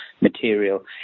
material